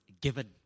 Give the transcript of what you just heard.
given